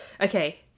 Okay